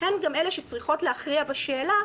הן גם אלה שצריכות להכריע בשאלה